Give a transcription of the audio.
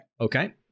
Okay